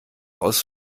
aus